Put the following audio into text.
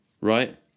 Right